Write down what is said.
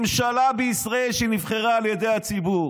ממשלה בישראל שנבחרה על ידי הציבור.